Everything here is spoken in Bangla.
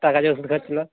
তার কাছে ওষুধ খাচ্ছিল